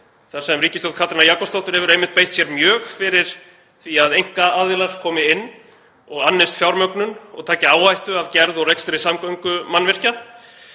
þar sem ríkisstjórn Katrínar Jakobsdóttur hefur einmitt beitt sér mjög fyrir því að einkaaðilar komi inn, annist fjármögnun og taki áhættu af gerð og rekstri samgöngumannvirkja.